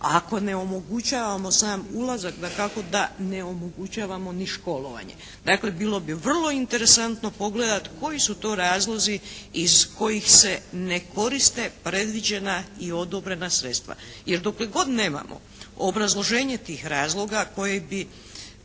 Ako ne omogućavamo sam ulazak dakako da ne omogućavamo ni školovanje. Dakle bilo bi vrlo interesantno pogledati koji su to razlozi iz kojih se ne koriste predviđena i odobrena sredstva. Jer dokle god nemamo obrazloženje tih razloga koji bi